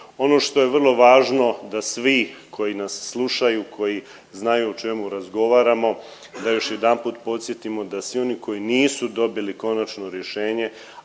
Ono što je vrlo važno da svi koji nas slušaju, koji znaju o čemu razgovaramo, da još jedanput podsjetimo da svi oni koji nisu dobili konačno rješenje,